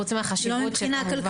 חוץ מהחשיבות --- לא מבחינה כלכלית,